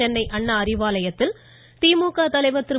சென்னை அண்ணா அறிவாலயத்தில் திமுக தலைவா் திரு